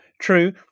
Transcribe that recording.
true